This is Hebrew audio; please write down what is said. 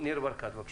ניר ברקת, בבקשה.